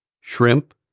shrimp